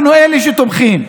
אנחנו אלה שתומכים.